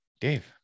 Dave